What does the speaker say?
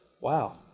wow